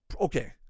Okay